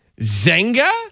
Zenga